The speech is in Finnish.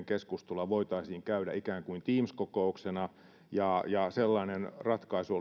keskustelua voitaisiin käydä ikään kuin teams kokouksena ja ja sellainen ratkaisu